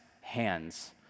hands